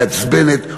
מעצבנת,